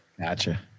gotcha